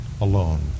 alone